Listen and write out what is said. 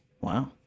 Wow